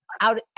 out